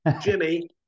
Jimmy